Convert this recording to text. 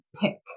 Pick